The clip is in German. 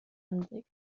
anblick